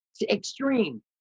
extreme